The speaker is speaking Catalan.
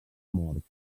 mort